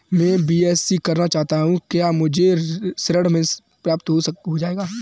मैं बीएससी करना चाहता हूँ क्या मुझे ऋण प्राप्त हो जाएगा?